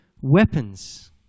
weapons